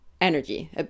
energy